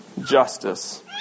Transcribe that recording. justice